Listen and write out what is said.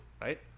right